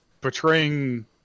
portraying